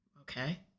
Okay